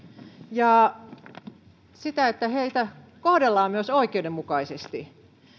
ja sitä että heitä kohdellaan myös oikeudenmukaisesti